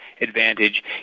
advantage